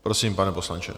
Prosím, pane poslanče.